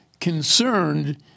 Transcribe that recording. concerned